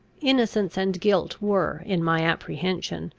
innocence and guilt were, in my apprehension,